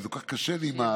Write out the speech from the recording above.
וזה כל כך קשה לי עם,